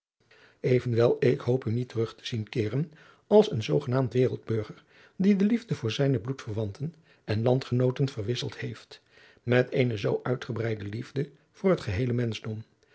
evenwel ik hoop u niet terug te zien keeren als een zoogenaamd wereldburger die de liefde voor zijne bloedverwanten en landgenooten verwisfeld heeft met eene zoo uitgebreide liefde voor het geheele